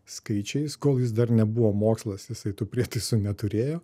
skaičiais kol jis dar nebuvo mokslas jisai tų prietaisų neturėjo